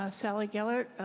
ah shall i gellert,